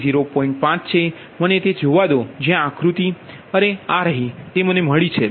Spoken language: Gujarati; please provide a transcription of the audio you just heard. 5 છે મને તે જોવા દો જ્યાં આકૃતિ આ રહી તે મને મળી છે